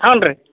ಹ್ಞೂ ರೀ